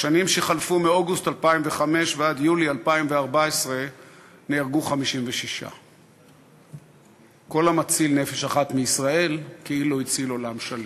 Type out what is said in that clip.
בשנים שחלפו מאוגוסט 2005 עד יולי 2014 נהרגו 56. כל המציל נפש אחת מישראל כאילו הציל עולם ומלואו.